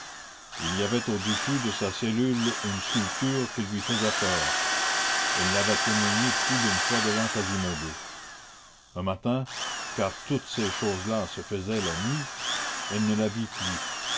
il y avait au-dessus de sa cellule une sculpture qui lui faisait peur elle l'avait témoigné plus d'une fois devant quasimodo un matin car toutes ces choses-là se faisaient la nuit elle ne la vit plus